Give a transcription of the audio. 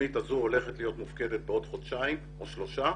התוכנית הזו הולכת להיות מופקדת בעוד חודשיים או שלושה